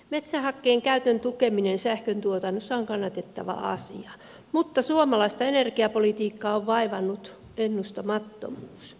metsähakkeen käytön tukeminen sähköntuotannossa on kannatettava asia mutta suomalaista energiapolitiikkaa on vaivannut ennustamattomuus